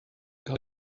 cael